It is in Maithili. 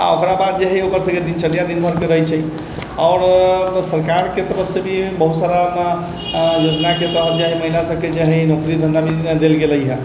आओर ओकरा बाद जे है ओकर सबके दिनचर्या दिन भरिके रहै छै आओर सरकारके तरफसँ भी बहुत सारामे योजनाके तहत जे महिला सबके जे है नौकरी धन्धा देल गेलै हँ